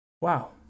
wow